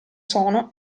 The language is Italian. sono